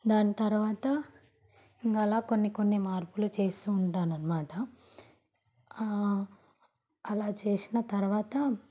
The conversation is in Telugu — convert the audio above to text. దాని తరువాత ఇంకా అలా కొన్ని కొన్ని మార్పులు చేస్తూ ఉంటానన్నమాట అలా చేసిన తరువాత